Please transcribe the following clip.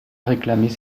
réclamait